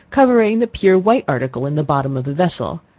covering the pure white article in the bottom of the vessel,